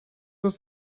was